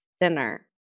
dinner